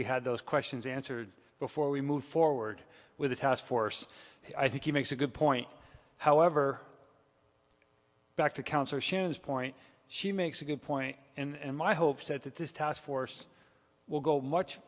we had those questions answered before we move forward with the task force i think he makes a good point however back to council shan's point she makes a good point and my hope said that this task force will go much